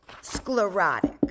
Sclerotic